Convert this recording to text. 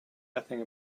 nothing